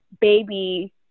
baby